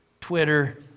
Twitter